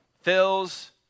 fills